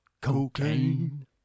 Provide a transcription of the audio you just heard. Cocaine